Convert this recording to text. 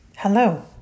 Hello